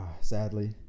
sadly